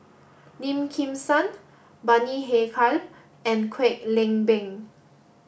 Lim Kim San Bani Haykal and Kwek Leng Beng